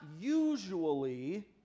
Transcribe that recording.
usually